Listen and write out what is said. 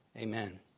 amen